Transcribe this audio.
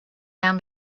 down